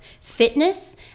fitness